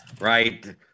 Right